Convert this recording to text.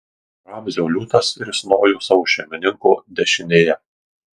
ramzio liūtas risnojo savo šeimininko dešinėje